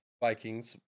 Vikings